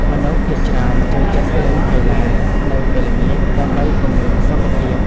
មនុស្សភាគច្រើនចូលចិត្តលេងកីឡានៅពេលល្ងាច ដើម្បីពង្រឹងសុខភាព។